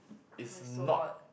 why so hot